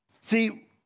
See